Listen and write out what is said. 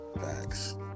Thanks